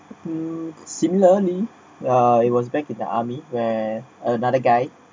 similarly uh it was back in the army where another guy